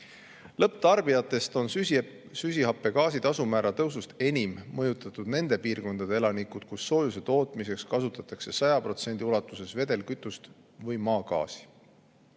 Lõpptarbijatest on süsihappegaasi tasu määra tõusust enim mõjutatud nende piirkondade elanikud, kus soojuse tootmiseks kasutatakse 100% ulatuses vedelkütust või maagaasi.